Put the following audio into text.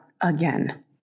again